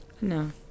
No